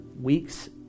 weeks